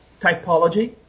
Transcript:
typology